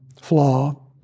flaw